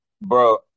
Bro